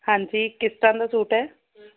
ਹਾਂਜੀ ਕਿਸ ਤਰ੍ਹਾਂ ਦਾ ਸੂਟ ਹੈ